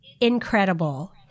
incredible